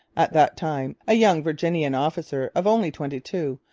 at that time a young virginian officer of only twenty-two,